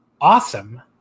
awesome